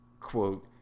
quote